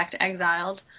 exiled